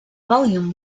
volume